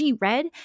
Red